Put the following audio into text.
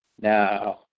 now